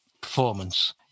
performance